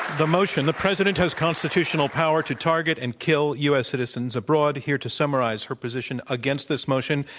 the motion, the president has constitutional power to target and kill u. s. citizens abroad here to summarize her position against this motion,